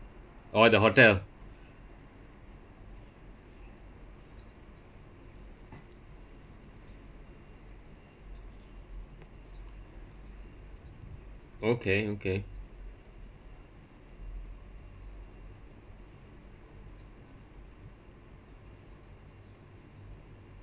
oh at the hotel okay okay